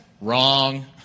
Wrong